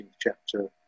chapter